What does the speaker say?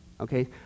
Okay